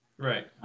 Right